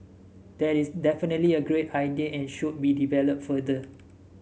that is definitely a great idea and should be developed further